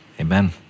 Amen